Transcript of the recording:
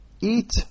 eat